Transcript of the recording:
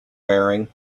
wearing